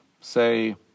say